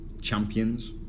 champions